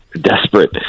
desperate